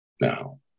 Now